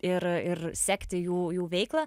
ir ir sekti jų jų veiklą